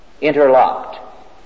interlocked